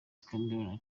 cameron